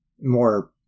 more